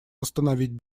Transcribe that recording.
восстановить